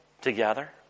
together